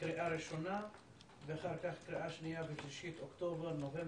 קריאה ראשונה ואחר כך קריאה שנייה ושלישית אוקטובר-נובמבר,